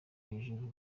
hejuru